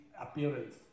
appearance